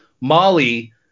Molly